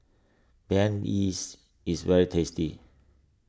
Banh is very tasty